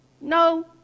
no